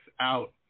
out